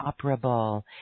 operable